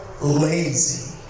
lazy